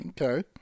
Okay